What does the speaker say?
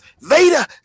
vader